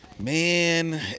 Man